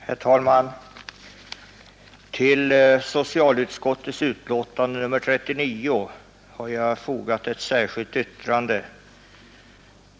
Herr talman! Till socialutskottets betänkande nr 39 har jag fogat ett särskilt yttrande.